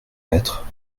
mettre